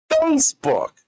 Facebook